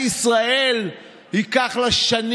של חבר הכנסת מיקי לוי אחרי סעיף 4 לא נתקבלה.